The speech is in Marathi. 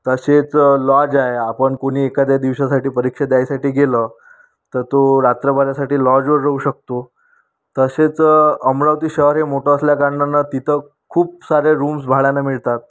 तसेच लॉज आहे आपण कुणी एखाद्या दिवसासाठी परीक्षा द्यायसाठी गेलो तर तो रात्रभरासाठी लॉजवर रहू शकतो तसेच अमरावती शहर हे मोठं असल्याकारणानं तिथं खूप साऱ्या रूम्स भाड्यानं मिळतात